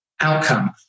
outcome